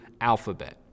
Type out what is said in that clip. alphabet